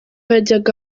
yajyaga